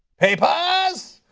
papers!